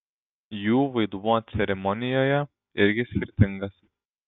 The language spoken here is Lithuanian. jų vaidmuo ceremonijoje irgi skirtingas